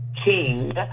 King